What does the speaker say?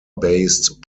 based